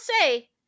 say